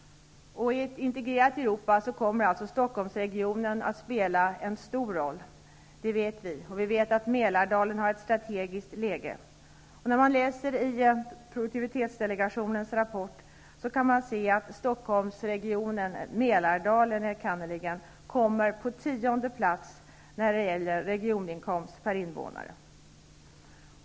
I ett integrerat Europa kommer Stockholmsregionen att spela en stor roll. Det vet vi. Vi vet att Mälardalen har ett strategiskt läge. Stockholmsregionen, Mälardalen enkannerligen, kommer på tionde plats när det gäller regioninkomst per invånare.